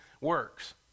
works